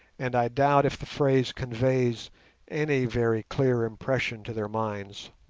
and i doubt if the phrase conveys any very clear impression to their minds.